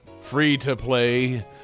free-to-play